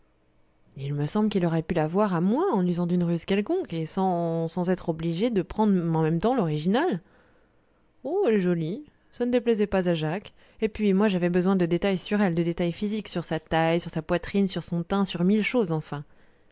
il me semble qu'il aurait pu l'avoir à moins en usant d'une ruse quelconque et sans sans sans être obligé de prendre en même temps l'original oh elle est jolie ça ne déplaisait pas à jacques et puis moi j'avais besoin de détails sur elle de détails physiques sur sa taille sur sa poitrine sur son teint sur mille choses enfin